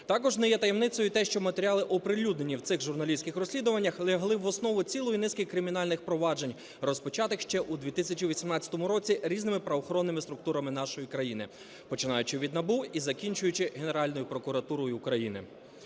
Також не є таємницею те, що матеріали, оприлюднені в цих журналістських розслідуваннях, лягли в основу цілої низки кримінальних проваджень, розпочатих ще у 2018 році різними правоохоронними структурами нашої країни, починаючи від НАБУ і закінчуючи Генеральною прокуратурою України.